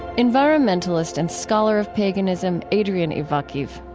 environmentalist and scholar of paganism adrian ivakhiv